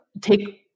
take